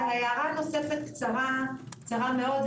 הערה נוספת קצרה מאוד.